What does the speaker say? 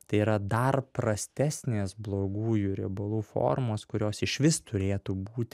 tai yra dar prastesnės blogųjų riebalų formos kurios išvis turėtų būti